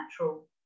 natural